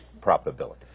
profitability